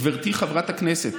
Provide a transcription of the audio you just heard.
גברתי חברת הכנסת,